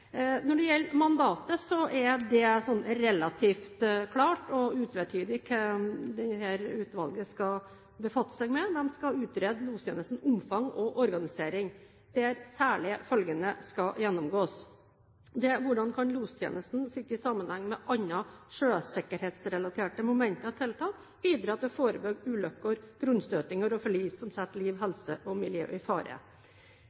Når det gjelder mandatet, er det relativt klart og utvetydig hva dette utvalget skal befatte seg med. De skal utrede lostjenestenes omfang og organisering der særlig følgende skal gjennomgås: Hvordan kan lostjenesten sett i sammenheng med annen sjøsikkerhetsrelaterte momenter og tiltak bidra til å forebygge ulykker, grunnstøtinger og forlis som setter liv,